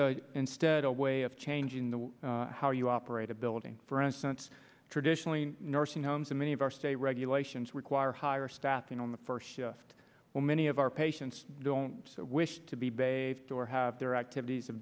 instead of a way of changing the how you operate a building for instance traditionally nursing homes and many of our state regulations require higher staffing on the first just so many of our patients don't wish to be bathed or have their activities of